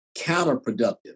counterproductive